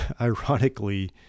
ironically